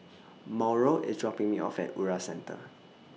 Mauro IS dropping Me off At Ura Centre